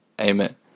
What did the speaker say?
Amen